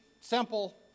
simple